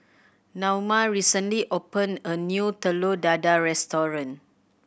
Naoma recently opened a new Telur Dadah restaurant